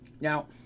Now